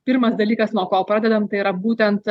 pirmas dalykas nuo ko pradedam tai yra būtent